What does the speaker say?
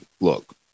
Look